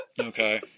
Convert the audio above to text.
Okay